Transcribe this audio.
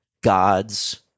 God's